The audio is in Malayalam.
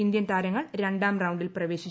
ഇന്ത്യൻ താരങ്ങൾ രണ്ടാം റൌണ്ടിൽ പ്രവേശിച്ചു